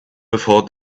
before